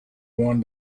one